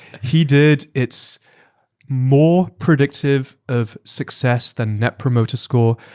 he did. it's more predictive of success than net promoter score.